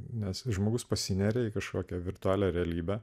nes žmogus pasineria į kažkokią virtualią realybę